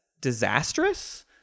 disastrous